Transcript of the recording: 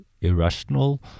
irrational